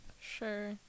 Sure